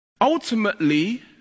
Ultimately